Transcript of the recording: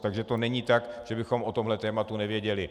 Takže to není tak, že bychom o tomhle tématu nevěděli.